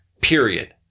period